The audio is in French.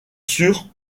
sûre